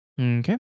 Okay